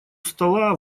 стола